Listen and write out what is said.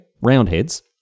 Roundheads